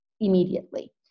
immediately